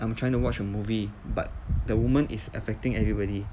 I'm trying to watch a movie but the woman is affecting everybody